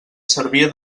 servia